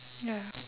ya